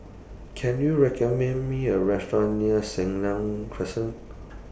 Can YOU recommend Me A Restaurant near Senang Crescent